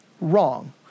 wrong